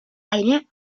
eine